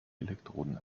elektroden